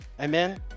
Amen